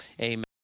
Amen